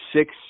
six